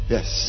Yes